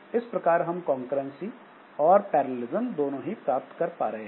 इस प्रकार हम कॉन्करेंसी और पैरलेलिस्म दोनों ही प्राप्त कर पा रहे हैं